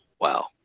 Wow